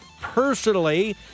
personally